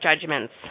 judgments